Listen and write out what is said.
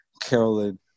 Carolyn